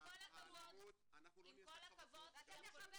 את הזכות